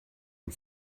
and